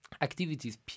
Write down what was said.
Activities